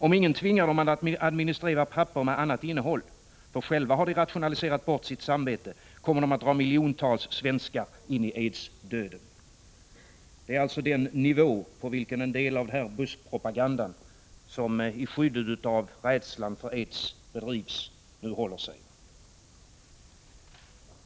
Om ingen tvingar dem att administrera papper med annat innehåll, för själva har de rationaliserat bort sitt samvete, kommer de att dra miljontals svenskar in i aidsdöden.” Det är alltså den nivå på vilken en del av den här buskpropagandan, som bedrivs i skyddet av rädslan för aids, nu håller sig.